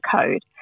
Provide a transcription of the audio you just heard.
code